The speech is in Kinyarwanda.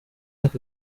aka